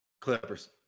clippers